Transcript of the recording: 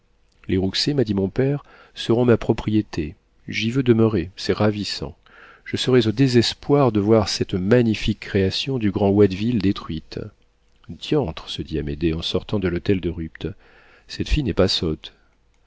les rouxey m'a dit mon père seront ma propriété j'y veux demeurer c'est ravissant je serais au désespoir de voir cette magnifique création du grand watteville détruite diantre se dit amédée en sortant de l'hôtel de rupt cette fille n'est pas sotte